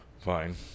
fine